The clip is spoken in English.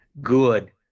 good